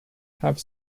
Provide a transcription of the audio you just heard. have